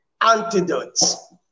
antidotes